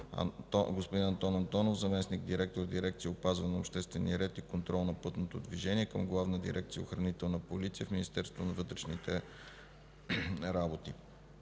господин Антон Антонов – заместник-директор на дирекция „Опазване на обществения ред и контрол на пътното движение” към Главна дирекция „Охранителна полиция” в Министерството на вътрешните работи.